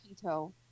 Peto